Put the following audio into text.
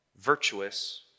virtuous